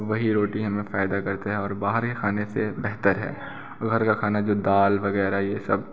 वही रोटी हमें फ़ायदा करती है और बाहरी खाने से बेहतर है घर का खाना जो दाल वग़ैरह ये सब